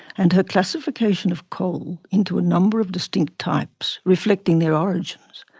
and her classification of coal into a number of distinct types, reflecting their origins,